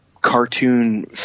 cartoon